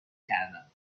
کردم